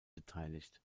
beteiligt